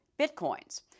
bitcoins